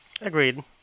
agreed